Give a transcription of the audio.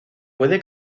puede